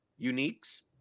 uniques